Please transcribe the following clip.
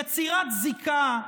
יצירת זיקה.